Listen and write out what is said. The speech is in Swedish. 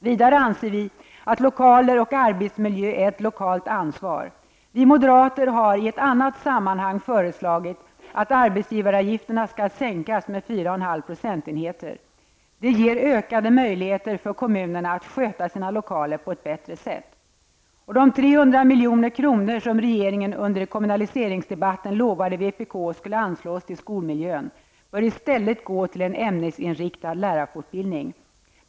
Vidare anser vi att lokaler och arbetsmiljö är ett lokalt ansvar. Vi moderater har i ett annat sammanhang föreslagit att arbetsgivaravgifterna skall sänkas med 4,5 procentenheter. Det ger ökade möjligheter för kommunerna att sköta sina lokaler på ett bättre sätt. De 300 miljoner kronor som regeringen under kommunaliseringsdebatten lovade vpk skulle anslås till skolmiljön bör i stället gå till en ämnesinriktad lärarfortbildning.